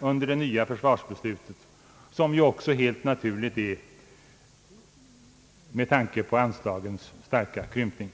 under det nya försvarsbeslutet, som helt naturligt är, med tanke på anslagens starka krympning.